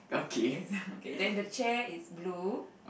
okay then the chair is blue